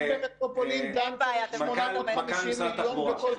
רק במטרופולין דן צריך 850 מיליון?